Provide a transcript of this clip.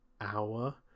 hour